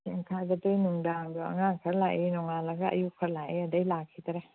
ꯁꯦꯟ ꯈꯥꯏꯕꯗꯣ ꯅꯨꯡꯗꯥꯡꯗꯣ ꯑꯉꯥꯡ ꯈꯔ ꯂꯥꯛꯑꯦ ꯅꯣꯡꯉꯥꯜꯂꯒ ꯑꯌꯨꯛ ꯈꯔ ꯂꯥꯛꯑꯦ ꯑꯗꯩ ꯂꯥꯛꯈꯤꯗ꯭ꯔꯦ